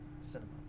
cinema